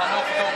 קודם כול,